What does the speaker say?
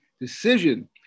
decision